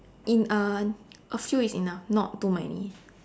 in uh a few is enough not too many